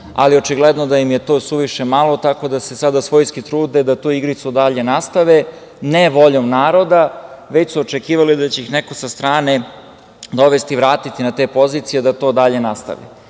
ali očigledno da im je to suviše malo, tako da se sada svojski trude da tu igricu dalje nastave ne voljom naroda, već su očekivali da će ih neko sa strane dovesti i vratiti na te pozicije da to dalje nastave. Nervoza